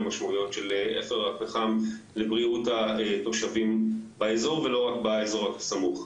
המשמעויות של אפר הפחם לבריאות התושבים באזור ולא רק באזור הסמוך.